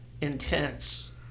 intense